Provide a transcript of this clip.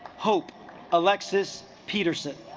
hope alexis peterson